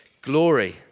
glory